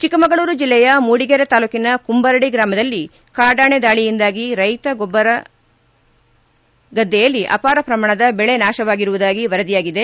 ಚಿಕ್ಕಮಗಳೂರು ಜಿಲ್ಲೆಯ ಮೂಡಿಗೆರೆ ತಾಲೂಕಿನ ಕುಂಬರಡಿ ಗ್ರಾಮದಲ್ಲಿ ಕಾಡಾನೆ ದಾಳಿಯಿಂದಾಗಿ ರೈತರೊಬ್ಬರ ಗದ್ದೆಯಲ್ಲಿ ಅಪಾರ ಪ್ರಮಾಣದ ದೆಳೆ ನಾಶವಾಗಿರುವುದಾಗಿ ವರದಿಯಾಗಿದೆ